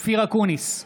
אופיר אקוניס,